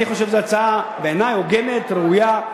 אני חושב שזאת הצעה הוגנת וראויה.